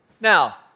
Now